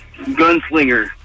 gunslinger